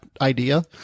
idea